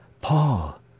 Paul